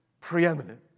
preeminent